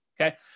okay